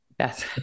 Yes